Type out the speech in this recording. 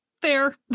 fair